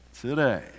Today